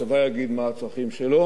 הצבא יגיד מה הצרכים שלו.